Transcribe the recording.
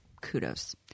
kudos